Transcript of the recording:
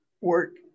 work